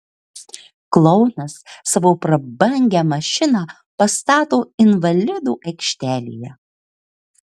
klounas savo prabangią mašiną pastato invalidų aikštelėje